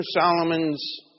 Solomon's